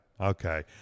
okay